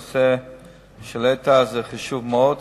הנושא שהעלית חשוב מאוד,